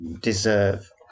deserve